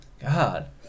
God